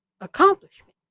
accomplishment